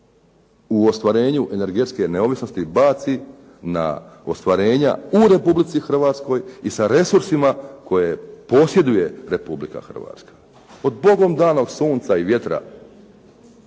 u ostvarenju energetske neovisnosti baci na ostvarenja u Republici Hrvatskoj i sa resursima koje posjeduje Republika Hrvatska. Od bogom danom sunca i vjetra